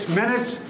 minutes